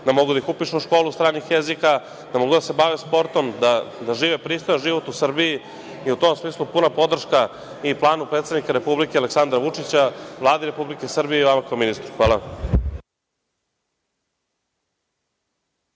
da mogu da ih upišu u školu stranih jezika, da mogu da se bave sportom, da žive pristojan život u Srbiji.U tom smislu puna podrška i planu predsednika Republike Aleksandra Vučića, Vladi Republike Srbije i vama kao ministru. Hvala.